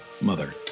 Mother